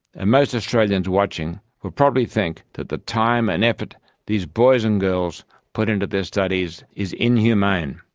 and most australians watching would probably think that the time and effort these boys and girls put into their studies is inhumane.